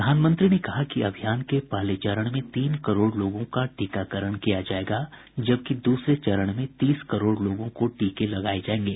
प्रधानमंत्री ने कहा कि अभियान के पहले चरण में तीन करोड़ लोगों का टीकाकरण किया जाएगा जबकि दूसरे चरण में तीस करोड़ लोगों को टीके लगाए जाएंगे